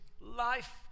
life